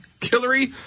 Hillary